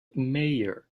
mayor